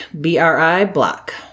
B-R-I-Block